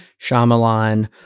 Shyamalan